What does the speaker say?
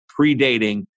predating